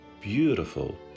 beautiful